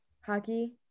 hockey